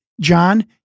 john